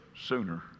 sooner